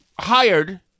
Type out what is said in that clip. hired